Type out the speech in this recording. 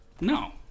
No